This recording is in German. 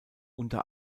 unter